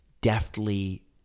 deftly